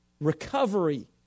Recovery